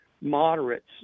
moderates